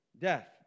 Death